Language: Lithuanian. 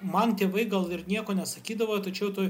man tėvai gal ir nieko nesakydavo tačiau toj